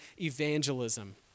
evangelism